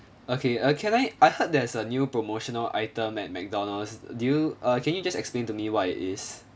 okay uh can I I heard there's a new promotional item at McDonald's do you err can you just explain to me what it is